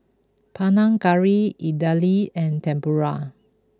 Panang Curry Idili and Tempura